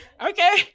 okay